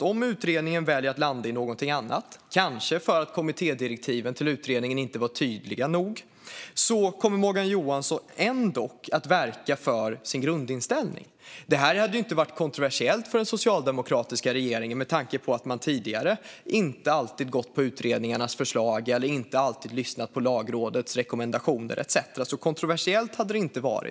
om utredningen väljer att landa i någonting annat, kanske för att kommittédirektiven till utredningen inte var tydliga nog - ändå kommer att verka för sin grundinställning. Detta skulle inte vara kontroversiellt för den socialdemokratiska regeringen med tanke på att man tidigare inte alltid gått på utredningarnas förslag, inte alltid lyssnat på Lagrådets rekommendationer etcetera. Kontroversiellt skulle det alltså inte vara.